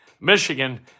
Michigan